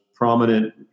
prominent